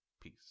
Peace